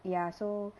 ya so